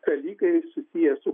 dalykai susiję su